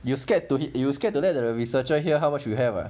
you scared to you scared to let the researcher hear how much you have ah